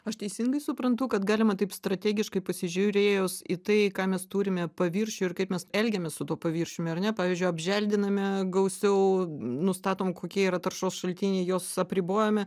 aš teisingai suprantu kad galima taip strategiškai pasižiūrėjus į tai ką mes turime paviršiuj ir kaip mes elgiamės su tuo paviršiumi ar ne pavyzdžiui apželdiname gausiau nustatom kokie yra taršos šaltiniai juos apribojame